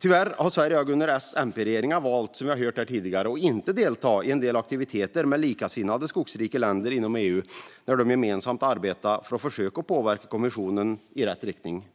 Tyvärr har Sverige också under S-MP-regeringen valt - som vi hört här tidigare - att inte delta i en del aktiviteter med likasinnade skogrika länder inom EU när de gemensamt arbetat för att försöka påverka kommissionen i rätt riktning.